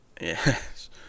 yes